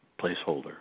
placeholder